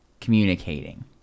communicating